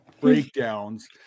breakdowns